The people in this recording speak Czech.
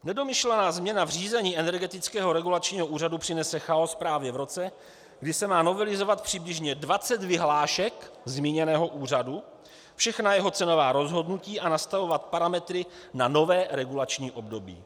Nedomyšlená změna v řízení Energetického regulačního úřadu přinese chaos právě v roce, kdy se má novelizovat přibližně 20 vyhlášek zmíněného úřadu, všechna jeho cenová rozhodnutí a nastavovat parametry na nové regulační období.